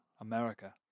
America